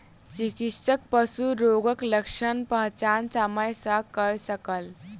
चिकित्सक पशु रोगक लक्षणक पहचान समय सॅ कय सकल